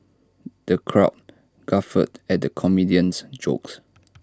the crowd guffawed at the comedian's jokes